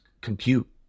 compute